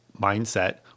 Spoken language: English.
mindset